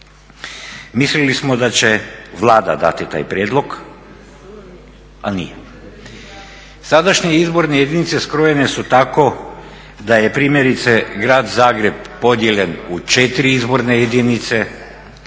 Mislili smo da će Vlada dati taj prijedlog ali nije. Sadašnje izborne jedinice skrojene su tako da je primjerice grad Zagreb podijeljen u 4 izborne jedinice,